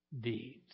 deeds